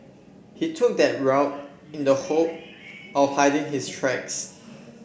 he took that route in the hope of hiding his tracks